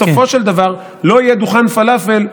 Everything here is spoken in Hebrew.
בסופו של דבר לא יהיה דוכן פלאפל,